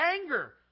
anger